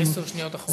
עשר שניות אחרונות.